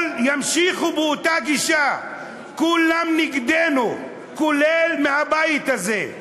ימשיכו באותה גישה: כולם נגדנו, כולל מהבית הזה.